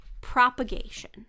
Propagation